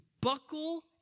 buckle